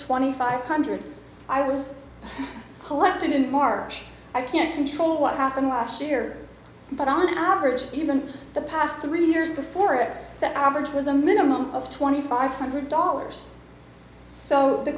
twenty five hundred i was collected in march i can't control what happened last year but on average even the past three years before at that average was a minimum of twenty five hundred dollars so the